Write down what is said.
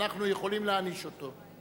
אנחנו יכולים להעניש אותו.